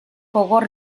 gogor